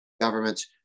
governments